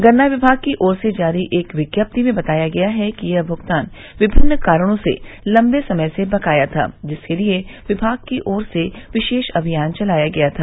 गन्ना विभाग की ओर से जारी एक विज्ञप्ति में बताया गया है कि यह भुगतान विभिन्न कारणों से लम्बे समय से बकाया था जिसके लिए विभाग की ओर से विशेष अभियान चलाया गया था